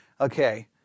Okay